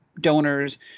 Donors